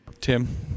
Tim